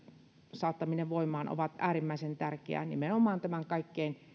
saattaminen voimaan on äärimmäisen tärkeää nimenomaan tämän kaikkein